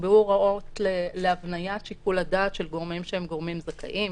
נקבעו הוראות להבניית שיקול הדעת של גורמים שהם גורמים זכאים.